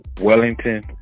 Wellington